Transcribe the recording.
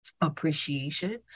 appreciation